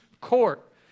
court